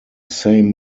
same